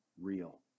real